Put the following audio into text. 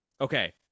Okay